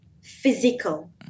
physical